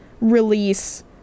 release